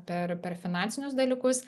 per per finansinius dalykus